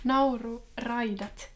Nauru-raidat